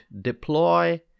deploy